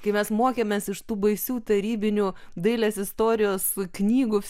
kai mes mokėmės iš tų baisių tarybinių dailės istorijos knygų